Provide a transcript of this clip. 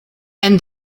and